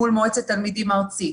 מול מועצת התלמידים הארצית